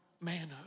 manhood